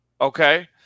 Okay